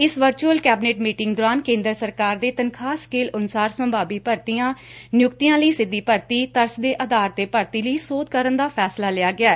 ਇਸ virtual cabinet meeting ਦੌਰਾਨ ਕੇਂਦਰ ਸਰਕਾਰ ਦੇ ਤਨਖਾਹ ਸਕੇਲ ਅਨੁਸਾਰ ਸੰਭਾਵੀ ਭਰਤੀਆਂ ਨਿਯੁਕਤੀਆਂ ਲਈ ਸਿੱਧੀ ਭਰਤੀ ਤਰਸ ਦੇ ਆਧਾਰ ਤੇ ਭਰਤੀ ਲਈ ਸੋਧ ਕਰਨ ਦਾ ਫੈਸਲਾ ਲਿਆ ਗੈੈ